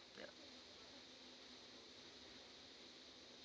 ya